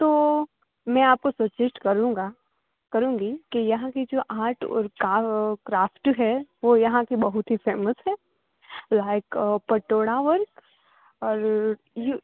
તો મેં આપકો સજેસ્ટ કરુંગા કરુંગી કી યહાં કી જો આર્ટ ઓર ક્રાફ્ટ હૈ વો યહાં કી બહુત હી ફેમસ હૈ લાઇક પટોળાં વર્ક ઓર યુ